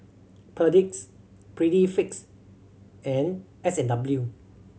Perdix Prettyfit and S and W